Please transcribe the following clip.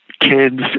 kids